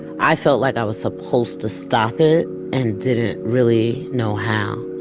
i felt like i was supposed to stop it and didn't really know how